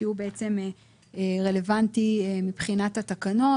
כי הוא רלוונטי מבחינת התקנות.